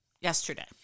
Yesterday